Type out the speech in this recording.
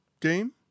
game